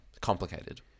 complicated